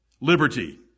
Liberty